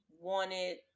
wanted